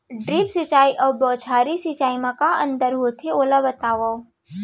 Drip सिंचाई अऊ बौछारी सिंचाई मा का अंतर होथे, ओला बतावव?